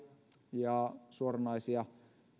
ja suoranaisia